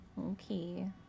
Okay